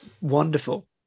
wonderful